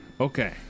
Okay